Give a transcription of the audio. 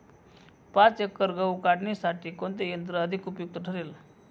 पाच एकर गहू काढणीसाठी कोणते यंत्र अधिक उपयुक्त ठरेल?